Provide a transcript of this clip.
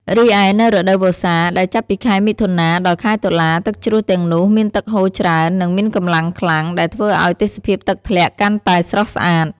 រីឯនៅរដូវវស្សា ដែលចាប់ពីខែមិថុនា ដល់ខែតុលា ទឹកជ្រោះទាំងនោះមានទឹកហូរច្រើន និងមានកម្លាំងខ្លាំង ដែលធ្វើឲ្យទេសភាពទឹកធ្លាក់កាន់តែស្រស់ស្អាត។